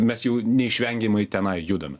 mes jau neišvengiamai tenai judame